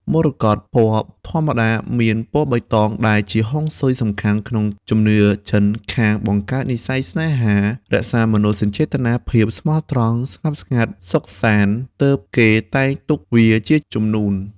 មរកតពណ៌ធម្មតាមានពណ៌បៃតងដែលជាហុងស៊ុយសំខាន់ក្នុងជំនឿចិនខាង បង្កើតនិស្ស័យស្នេហា រក្សាមនោសញ្ចេតនា ភាពស្មោះត្រង់ ស្ងប់ស្ងាត់សុខសាន្តទើបគេតែងទុកវាជាជំនួន។